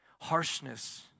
Harshness